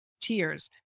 tears